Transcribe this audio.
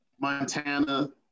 Montana